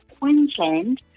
Queensland